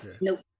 nope